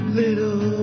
little